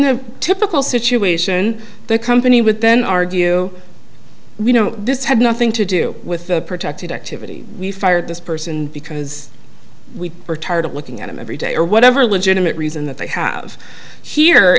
the typical situation the company with then argue we know this had nothing to do with protected activity we fired this person because we are tired of looking at him every day or whatever legitimate reason that they have here